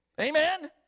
Amen